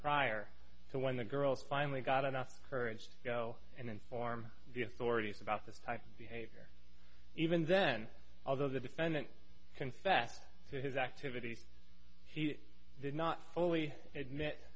prior to when the girls finally got enough courage to go and inform the authorities about the type of behavior even then although the defendant confessed to his activities he did not fully admit